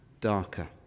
darker